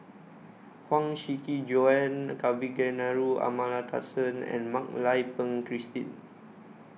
Huang Shiqi Joan Kavignareru Amallathasan and Mak Lai Peng Christine